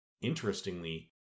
Interestingly